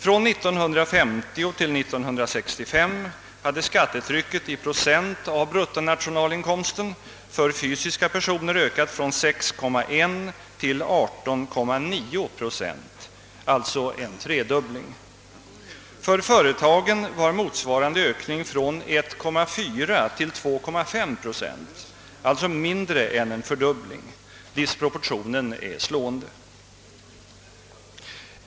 Från 1950 till 1965 hade skattetrycket i procent av bruttonationalinkomsten för fysiska personer ökat från 6,1 till 18,9 procent, alltså en tredubbling. För företagen var motsvarande ökning från 1,4 till 2,5 procent, alltså mindre än en fördubbling. Disproportionen är slående.